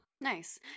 Nice